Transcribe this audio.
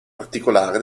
particolare